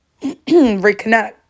reconnect